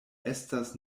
estas